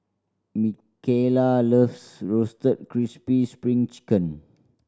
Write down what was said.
Micaela loves Roasted Crispy Spring Chicken